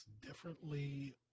differently